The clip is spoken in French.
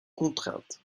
contraintes